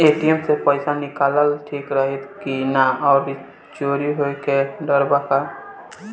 ATM से पईसा निकालल ठीक रही की ना और चोरी होये के डर बा का?